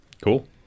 cool